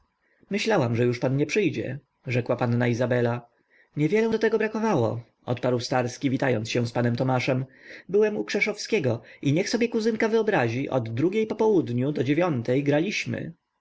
myślałam że już pan nie przyjdzie rzekła panna izabela niewiele do tego brakowało odparł starski witając się z panem tomaszem byłem u krzeszowskiego i niech sobie kuzynka wyobrazi od drugiej po południu do dziewiątej graliśmy